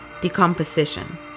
decomposition